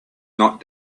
not